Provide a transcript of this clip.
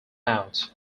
out